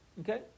Okay